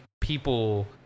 people